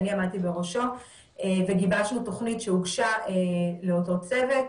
אני עמדתי בראשו וגיבשנו תוכנית שהוגשה לאותו צוות,